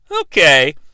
Okay